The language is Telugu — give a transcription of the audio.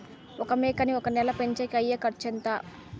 ఒక మేకని ఒక నెల పెంచేకి అయ్యే ఖర్చు ఎంత?